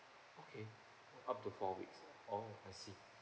okay up to four weeks oh I see